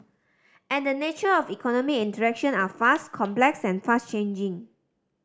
and the nature of economy interaction are vast complex and fast changing